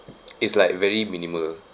it's like very minimal